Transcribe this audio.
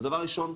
אז דבר ראשון,